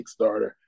kickstarter